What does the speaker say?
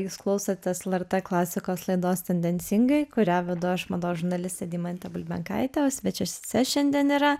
jūs klausotės lrt klasikos laidos tendencingai kurią vedu aš mados žurnalistė deimantė bulbenkaitė o svečiuose šiandien yra